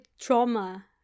trauma